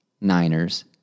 Niners